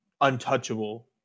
untouchable